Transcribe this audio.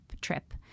trip